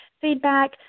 feedback